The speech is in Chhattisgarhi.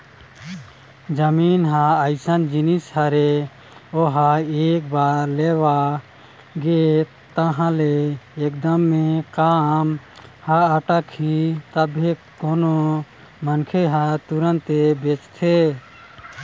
जमीन अइसन जिनिस हरे ओहा एक बार लेवा गे तहाँ ले एकदमे काम ह अटकही तभे कोनो मनखे ह तुरते बेचथे